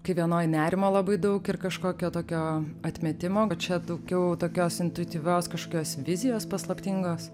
kai vienoj nerimo labai daug ir kažkokio tokio atmetimo va čia daugiau tokios intuityvios kažkokios vizijos paslaptingos